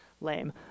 Lame